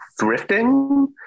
thrifting